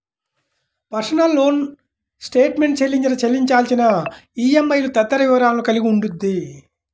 personal loan statement చెల్లించిన, చెల్లించాల్సిన ఈఎంఐలు తదితర వివరాలను కలిగి ఉండిద్ది